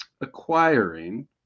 acquiring